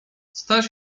staś